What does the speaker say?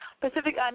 Pacific